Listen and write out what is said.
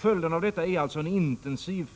Följden är alltså en intensiv